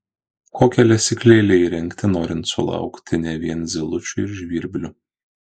kokią lesyklėlę įrengti norint sulaukti ne vien zylučių ir žvirblių